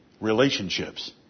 Relationships